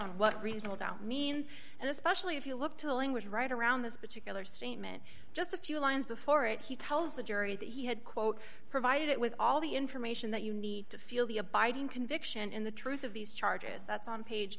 on what reasonable doubt means and especially if you look tilling was right around this particular statement just a few lines before it he tells the jury that he had quote provided it with all the information that you need to feel the abiding conviction in the truth of these charges that's on page